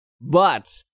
But-